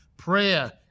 prayer